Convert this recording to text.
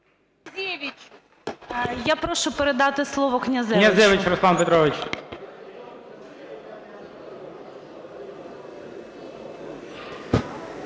Я прошу передати слово Князевичу.